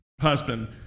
husband